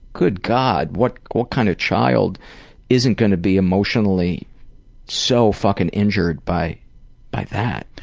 good god, what what kind of child isn't gonna be emotionally so fucking injured by by that?